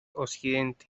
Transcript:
occidente